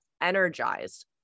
energized